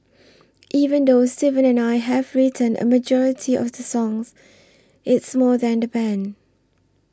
even though Steven and I have written a majority of the songs it's more than the band